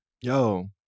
Yo